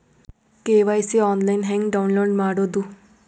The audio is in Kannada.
ಕೆ.ವೈ.ಸಿ ಆನ್ಲೈನ್ ಹೆಂಗ್ ಡೌನ್ಲೋಡ್ ಮಾಡೋದು?